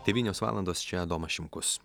devynios valandos čia adomas šimkus